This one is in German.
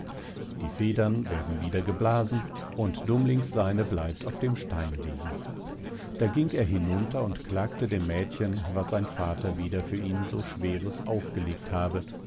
die federn werden wieder geblasen und dummlings seine bleibt auf dem stein liegen da ging er hinunter und klagte dem mädchen was sein vater wieder für ihn so schweres aufgelegt habe